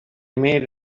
made